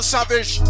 Savage